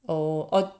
or